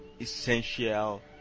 essential